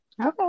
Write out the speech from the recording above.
Okay